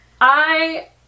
I-